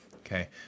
Okay